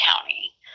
County